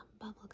bubblegum